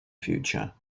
future